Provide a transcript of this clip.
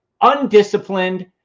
Undisciplined